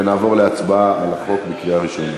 ונעבור להצבעה על החוק בקריאה ראשונה.